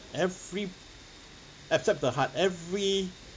every except the heart every